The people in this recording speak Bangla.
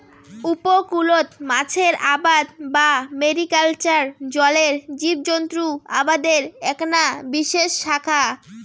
উপকূলত মাছের আবাদ বা ম্যারিকালচার জলের জীবজন্ত আবাদের এ্যাকনা বিশেষ শাখা